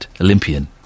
Olympian